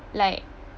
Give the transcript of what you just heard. like